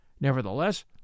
Nevertheless